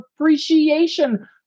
appreciation